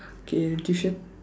okay tuition